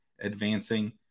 advancing